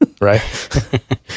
right